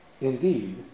indeed